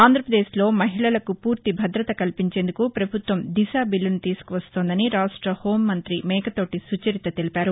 ఆంధ్రాపదేశ్లో మహిళలకు పూర్తి భదత కల్పించేందుకు ప్రభుత్వం దిశ బిల్లును తీసుకు వస్తోందని రాష్ట హోం మంతి మేకతోటి సుచరిత తెలిపారు